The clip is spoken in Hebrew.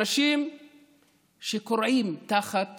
אנשים כורעים תחת